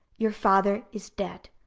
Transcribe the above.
your father is dead.